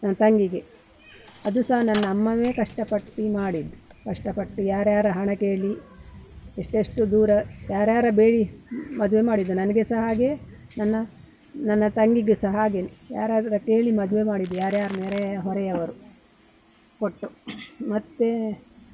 ನನ್ನ ತಂಗಿಗೆ ಅದು ಸಹ ನನ್ನ ಅಮ್ಮನೇ ಕಷ್ಟಪಟ್ಟು ಮಾಡಿದ್ದು ಕಷ್ಟಪಟ್ಟು ಯಾರ್ಯಾರ ಹಣ ಕೇಳಿ ಎಷ್ಟೆಷ್ಟೋ ದೂರ ಯಾರ್ಯಾರ ಬೇಡಿ ಮದುವೆ ಮಾಡಿದ್ದು ನನಗೆ ಸಹ ಹಾಗೇ ನನ್ನ ನನ್ನ ತಂಗಿಗೂ ಸಹ ಹಾಗೆಯೇ ಯಾರ ಹತ್ರ ಕೇಳಿ ಮದುವೆ ಮಾಡಿದ್ದು ಯಾರ್ಯಾರು ನೆರೆ ಹೊರೆಯವರು ಕೊಟ್ಟು ಮತ್ತು